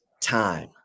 time